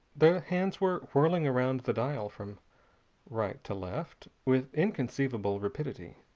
the hands were whirling around the dial from right to left with inconceivable rapidity.